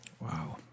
Wow